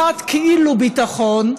אחת כאילו ביטחון,